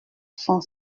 son